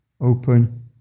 Open